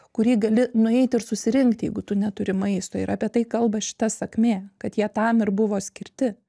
kurį gali nueiti ir susirinkti jeigu tu neturi maisto ir apie tai kalba šita sakmė kad jie tam ir buvo skirti